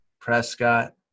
Prescott